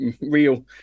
real